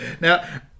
Now